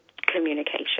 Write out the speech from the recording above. communication